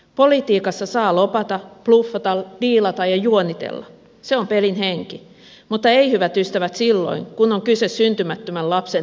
politiikassa saa lobata bluffata diilata ja juonitella se on pelin henki mutta ei hyvät ystävät silloin kun on kyse syntymättömän lapsen terveydestä